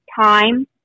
time